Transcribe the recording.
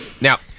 now